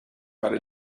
para